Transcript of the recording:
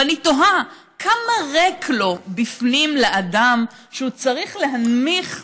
ואני תוהה כמה ריק לו בפנים לאדם שהוא צריך להנמיך,